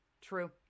True